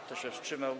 Kto się wstrzymał?